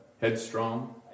Headstrong